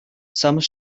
some